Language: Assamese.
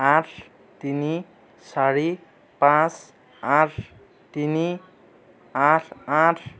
আঠ তিনি চাৰি পাঁচ আঠ তিনি আঠ আঠ